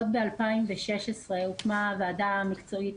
עוד ב-2016 הוקמה ועדה מקצועית